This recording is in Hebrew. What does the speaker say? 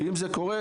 אם זה קורה,